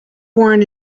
born